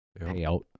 payout